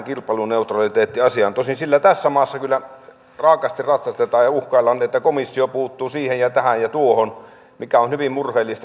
tosin sillä tässä maassa kyllä raakasti ratsastetaan ja uhkaillaan että komissio puuttuu siihen ja tähän ja tuohon mikä on hyvin murheellista sinänsä